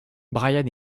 brian